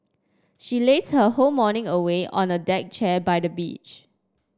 she lazed her whole morning away on a deck chair by the beach